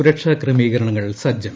സുരക്ഷാ ക്രമീകരണങ്ങൾ സജ്ജം